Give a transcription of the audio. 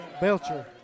Belcher